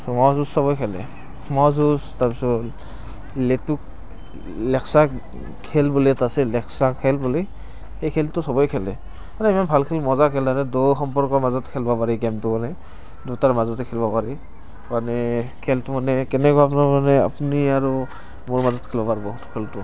মহ যুঁজ সবেই খেলে মহ যুঁজ তাৰপিছত খেল বুলি এটা আছে লেকচাৰ খেল বুলি সেই খেলটো সবেই খেলে ইমান ভাল খেল মজা খেল দুয়ো সম্পৰ্কৰ মাজত খেলিবা পাৰি খেলটো মানে দুটাৰ মাজতে খেলিব পাৰি মানে খেলটো মানে কেনেকুৱা ধৰণৰ মানে আপুনি আৰু মোৰ মাজত খেলবা পাৰিব খেলটো